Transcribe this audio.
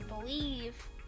believe